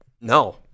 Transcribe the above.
No